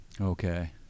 Okay